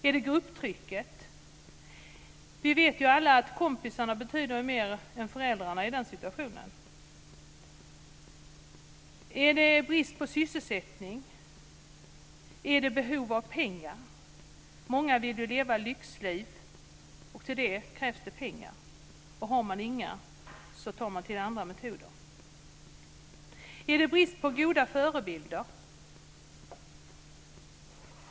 Är det grupptrycket som ligger bakom? Vi vet alla att kompisarna betyder mer än föräldrarna i en sådan här situation. Är det fråga om brist sysselsättning? Är det behov av pengar? Många vill ju leva lyxliv, och till det krävs det pengar. Har man inga tar man till otillåtna metoder. Är det brist på goda förebilder?